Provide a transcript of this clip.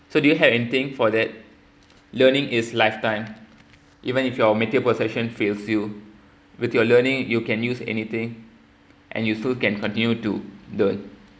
so do you have anything for that learning is lifetime even if your material possession fails you with your learning you can use anything and you still can continue to learn